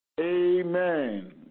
Amen